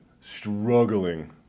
struggling